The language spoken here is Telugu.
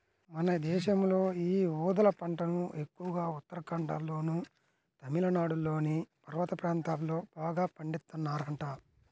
మన దేశంలో యీ ఊదల పంటను ఎక్కువగా ఉత్తరాఖండ్లోనూ, తమిళనాడులోని పర్వత ప్రాంతాల్లో బాగా పండిత్తన్నారంట